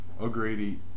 O'Grady